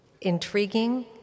Intriguing